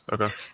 Okay